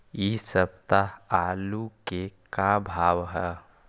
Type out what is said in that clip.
इ सप्ताह आलू के का भाव है?